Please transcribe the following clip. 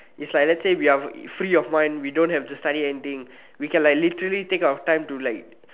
it's like let's say we are free of mind we don't have to study anything we can like literally take our time to like